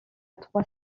trois